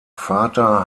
vater